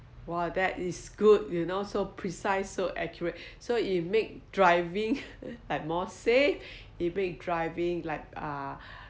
!wah! that is good you know so precise so accurate so it makes driving like more safe it makes driving like uh